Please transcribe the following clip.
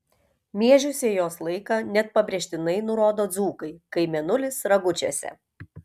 miežių sėjos laiką net pabrėžtinai nurodo dzūkai kai mėnulis ragučiuose